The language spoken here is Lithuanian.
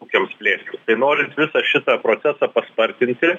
ūkiams plėsti tai norint visą šitą procesą paspartinti